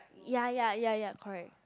ya ya ya ya correct